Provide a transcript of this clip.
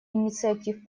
инициатив